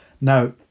now